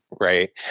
right